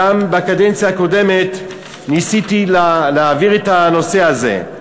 גם בקדנציה הקודמת ניסיתי להעביר את הנושא הזה.